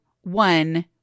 one